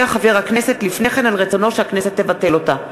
חבר הכנסת לפני כן על רצונו שהכנסת תבטל אותה.